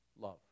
Love